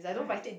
right